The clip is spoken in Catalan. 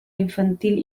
infantil